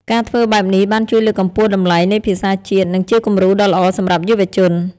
ការធ្វើបែបនេះបានជួយលើកកម្ពស់តម្លៃនៃភាសាជាតិ និងជាគំរូដ៏ល្អសម្រាប់យុវជន។